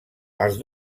els